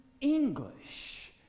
English